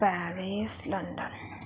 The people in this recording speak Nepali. Paris London